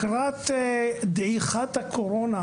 לקראת דעיכת הקורונה